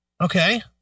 Okay